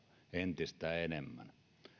entistä enemmän